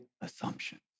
assumptions